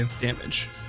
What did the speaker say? damage